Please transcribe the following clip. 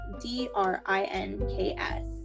D-R-I-N-K-S